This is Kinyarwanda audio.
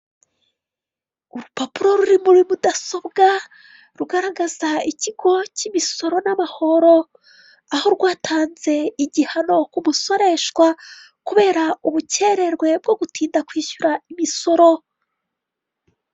Urupapuro ruri muri mudasobwa rugaragaza Ikigo cy'Imisoro n'Amahoro, aho rwatanze igihano ku musoreshwa kubera ubukererwe bwo gutinda kwishyura imisoro.